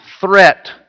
threat